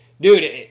dude